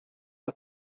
mae